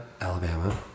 alabama